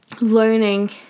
learning